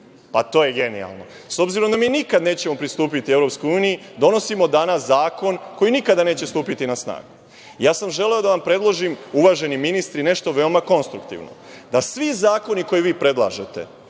Pa, to je genijalno. S obzirom da mi nikada nećemo pristupiti EU donosimo danas zakon koji nikada neće stupiti na snagu. Ja sam želeo da vam predložim uvaženi ministri nešto veoma konstruktivno, da svi zakoni koje vi predlažete,